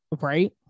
right